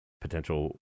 potential